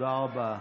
תודה רבה.